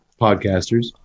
podcasters